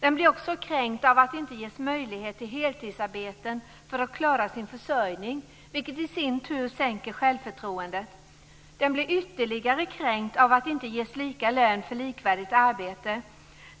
Den blir också kränkt av att man inte ges möjlighet till heltidsarbete för att klara sin försörjning, vilket i sin tur sänker självförtroendet. Den blir ytterligare kränkt av att man inte ges lika lön för likvärdigt arbete.